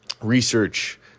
Research